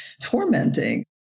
tormenting